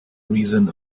reason